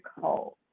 cold